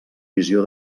visió